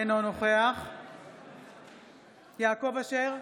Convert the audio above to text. אינו נוכח יעקב אשר,